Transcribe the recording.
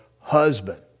husband